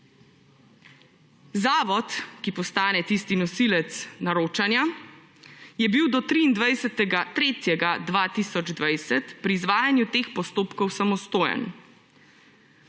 Zavod, ki postane tisti nosilec naročanja, je bil do 23. 3. 2020 pri izvajanju teh postopkov samostojen.